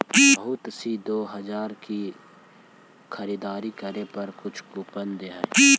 बहुत सी दो हजार की खरीदारी करे पर कुछ कूपन दे हई